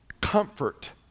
comfort